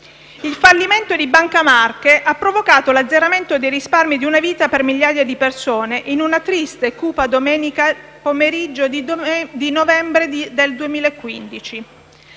Il fallimento di Banca Marche ha provocato l'azzeramento dei risparmi di una vita per migliaia di persone in una triste e cupa domenica pomeriggio di novembre del 2015.